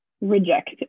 reject